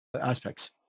aspects